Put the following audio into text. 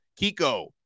Kiko